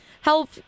help